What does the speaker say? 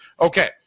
Okay